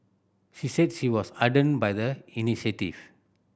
she said she was heartened by the initiative